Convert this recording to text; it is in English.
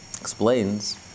explains